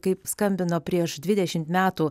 kaip skambino prieš dvidešimt metų